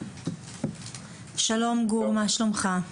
שלום גור, מה שלומך?